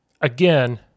again –